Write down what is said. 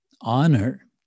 honor